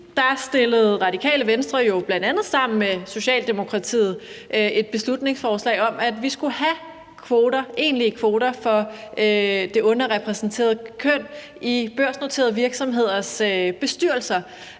fremsatte Radikale Venstre jo bl.a. sammen med Socialdemokratiet et beslutningsforslag om, at vi skulle have egentlige kvoter for det underrepræsenterede køn i børsnoterede virksomheders bestyrelser.